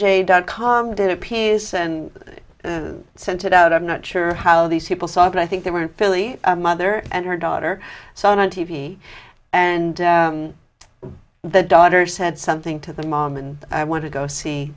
j dot com did a piece and sent it out i'm not sure how these people saw it i think they were in philly mother and her daughter saw it on t v and the daughter said something to the mom and i want to go see